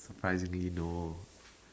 surprisingly no